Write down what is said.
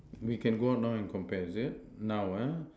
we can go out now and compare is it now ah